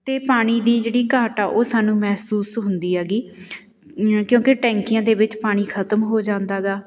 ਅਤੇ ਪਾਣੀ ਦੀ ਜਿਹੜੀ ਘਾਟ ਆ ਉਹ ਸਾਨੂੰ ਮਹਿਸੂਸ ਹੁੰਦੀ ਹੈਗੀ ਕਿਉਂਕਿ ਟੈਂਕੀਆਂ ਦੇ ਵਿੱਚ ਪਾਣੀ ਖਤਮ ਹੋ ਜਾਂਦਾ ਗਾ